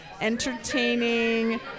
Entertaining